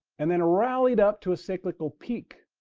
and then rallied up to a cyclical peak.